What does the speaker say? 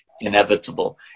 inevitable